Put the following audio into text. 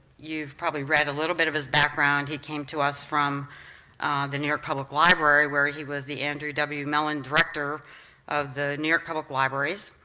you've probably read a little bit of his background, he came to us from the new york public library where he was the andrew w. mellon director of the new york public libraries.